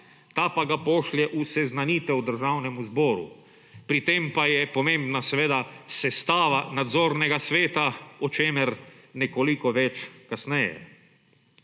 ta pa ga pošlje v seznanitev Državnemu zboru; pri tem pa je pomembna seveda sestava nadzornega sveta, o čemer nekoliko več kasneje.